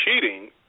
cheating